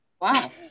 wow